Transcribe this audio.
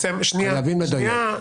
חייבים לדייק.